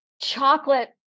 Chocolate